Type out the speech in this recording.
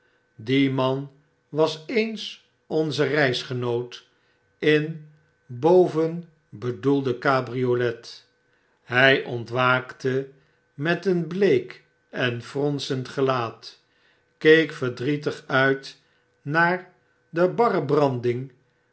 die man was eens onze reisgenoot in bovenbedoelde cabriolet hy ontwaakte met een bleek en fronsend gelaat keek verdrietig mmmmm uit iiaar de barre